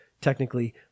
technically